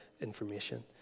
information